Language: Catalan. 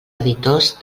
editors